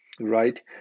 right